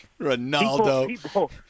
Ronaldo